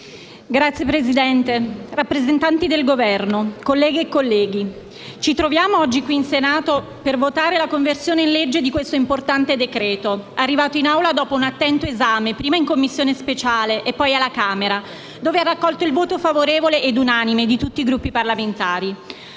Presidente, signori rappresentanti del Governo, colleghe e colleghi, ci troviamo oggi qui in Senato per votare la conversione in legge di un importante decreto-legge, arrivato in Aula dopo un attento esame, prima in Commissione speciale e poi alla Camera, dove ha raccolto il voto favorevole e unanime di tutti i Gruppi parlamentari.